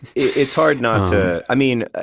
it's hard not to, i mean,